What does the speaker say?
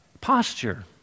posture